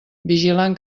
vigilant